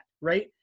right